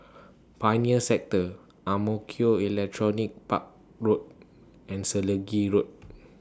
Pioneer Sector Ang Mo Kio Electronics Park Road and Selegie Road